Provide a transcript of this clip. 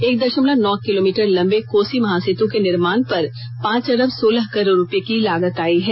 एक दशमलव नौ किलोमीटर लंबे कोसी महासेत के निर्माण पर पांच अरब सोलह करोड़ रुपये की लागत आई है